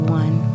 one